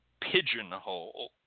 pigeonhole